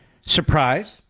surprise